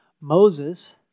Moses